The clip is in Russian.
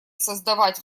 создавать